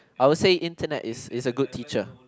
I would say internet is a good teacher